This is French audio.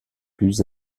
plus